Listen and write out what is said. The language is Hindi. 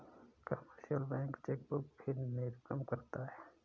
कमर्शियल बैंक चेकबुक भी निर्गम करता है